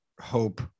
hope